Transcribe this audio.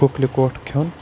کُکلہِ کوٹھ کھیوٚن